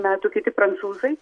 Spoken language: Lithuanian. metų kiti prancūzai